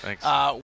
Thanks